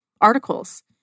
articles